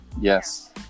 Yes